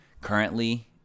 currently